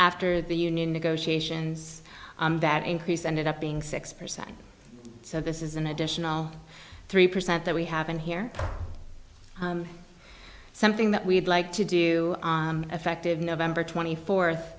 after the union negotiations that increase ended up being six percent so this is an additional three percent that we have in here something that we'd like to do effective november twenty fourth